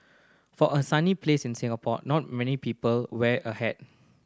for a sunny place in Singapore not many people wear a hat